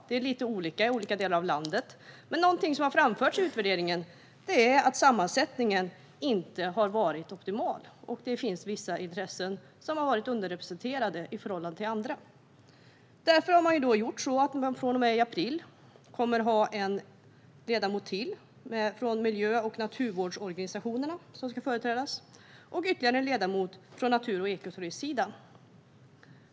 Det är lite olika i olika delar av landet, men något som har framförts i utvärderingen är att sammansättningen inte har varit optimal. Det finns vissa intressen som har varit underrepresenterade i förhållande till andra. Därför har man gjort så att man från och med april kommer att ha en ledamot till från miljö och naturvårdsorganisationerna och ytterligare en ledamot från natur och ekoturismsidan.